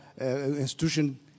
institution